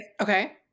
Okay